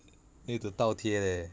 need to 倒贴 leh